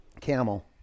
Camel